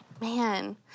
Man